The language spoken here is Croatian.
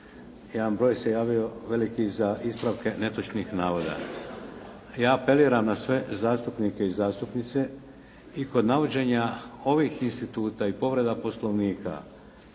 Jedan broj se javio veliki za ispravke netočnih navoda. Ja apeliram na sve zastupnike i zastupnice i kod navođenja ovih instituta i povreda Poslovnika